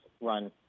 run